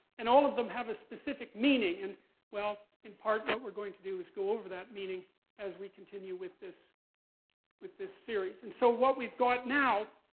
and all of them have a specific meaning. and well, in part, what we're going to do is go over that meaning as we continue with this with this series. and so what we've got now